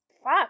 Fuck